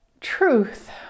Truth